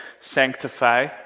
sanctify